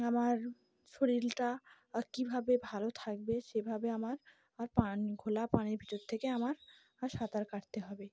আমার শরীরটা কীভাবে ভালো থাকবে সেভাবে আমার আর পানি ঘোলা পানির ভিতর থেকে আমার আর সাঁতার কাটতে হবে